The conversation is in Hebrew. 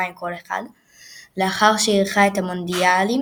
פיפ"א אישרה כי אם לא תהיה הצעה העומדת בתנאי האירוח,